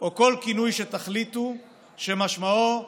או כל כינוי שתחליטו שמשמעו נתניהו,